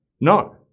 No